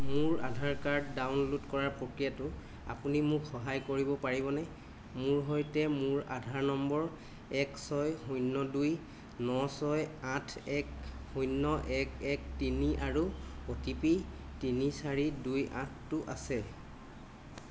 মোৰ Aadhaar card download কৰাৰ প্ৰক্ৰিয়াটো আপুনি মোক সহায় কৰিব পাৰিবনে মোৰ সৈতে মোৰ আধাৰ নম্বৰ এক ছয় শূন্য দুই ন ছয় আঠ এক শূন্য এক এক তিনি আৰু অ' টি পি তিনি চাৰি দুই আঠটো আছে